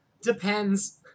Depends